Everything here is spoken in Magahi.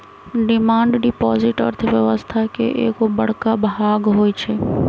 डिमांड डिपॉजिट अर्थव्यवस्था के एगो बड़का भाग होई छै